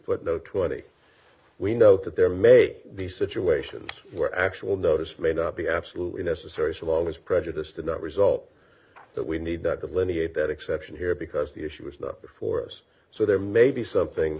put no twenty we know that there may be situations where actual notice may not be absolutely necessary so long as prejudice did not result that we need that delineate that exception here because the issue is not for us so there may be something